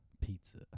Pizza